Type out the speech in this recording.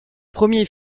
premier